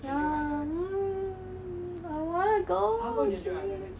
ya I want I wanna go again